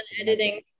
editing